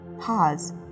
Pause